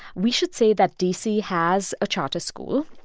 we should say that d c. has a charter school.